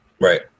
Right